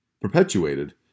perpetuated